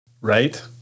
Right